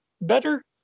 better